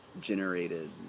generated